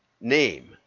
name